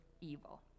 evil